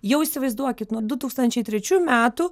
jau įsivaizduokit nuo du tūkstančiai trečių metų